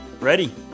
Ready